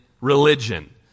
religion